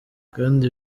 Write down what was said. kandi